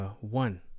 one